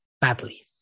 badly